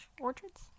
orchards